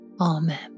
Amen